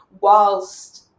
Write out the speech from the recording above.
whilst